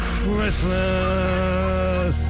Christmas